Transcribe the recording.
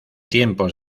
tiempos